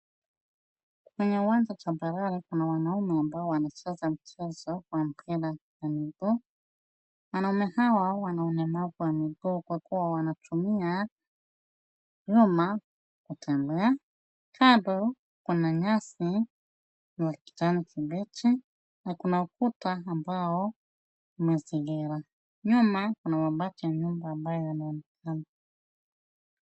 Kwenye uwanja tambarare kuna wanaume ambao wanacheza mchezo wa mpira wa miguu. Wanaume hawa wana ulemavu wa miguu kwa kuwa wanatumia vyuma kutembea. Kando kuna nyasi ya kijani kibichi na kuna ukuta ambao umezingira. Nyuma kuna mabati ya nyumba ambayo yanaonekana.